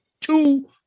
two